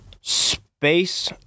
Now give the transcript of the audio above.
Space